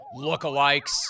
lookalikes